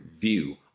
view